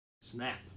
Snap